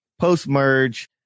post-merge